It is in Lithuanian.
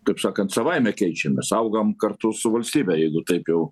taip sakant savaime keičiamės augam kartu su valstybe jeigu taip jau